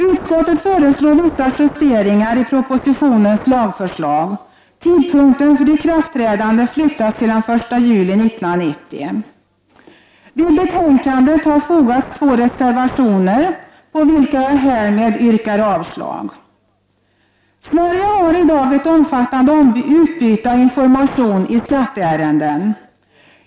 Utskottet föreslår vissa justeringar i propositionens lagförslag. Tidpunkten för ikraftträdandet flyttas till den 1 juli 1990. Till betänkandet har fogats två reservationer, på vilka jag härmed yrkar avslag. Sverige har i dag ett omfattande utbyte av information i skatteärenden.